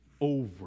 over